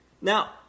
Now